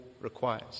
requires